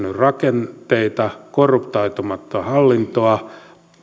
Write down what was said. rakenteita korruptoitumatonta hallintoa